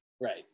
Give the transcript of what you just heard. right